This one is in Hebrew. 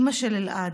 אימא של אלעד.